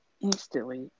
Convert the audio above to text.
instantly